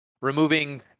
removing